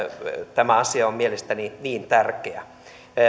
tämä asia on mielestäni niin tärkeä